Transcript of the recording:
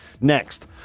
Next